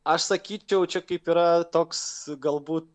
aš sakyčiau čia kaip yra toks galbūt